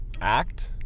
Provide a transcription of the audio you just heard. act